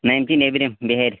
نہَ یِم چھِ نٮ۪برِم بِہٲرۍ